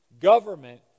government